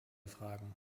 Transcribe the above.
fragen